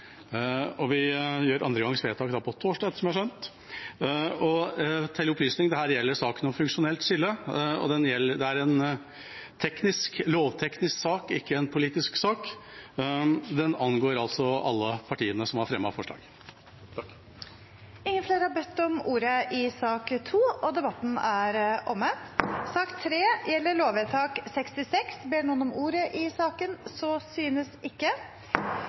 Vi gjør andre gangs vedtak på torsdag, ettersom jeg har skjønt. Til opplysning: Dette gjelder saken om funksjonelt skille, og det er en lovteknisk sak, ikke en politisk sak. Den angår altså alle partiene som har fremmet forslaget. Flere har ikke bedt om ordet til sak nr. 2. Ingen har bedt om ordet. Etter ønske fra komiteen vil presidenten ordne debatten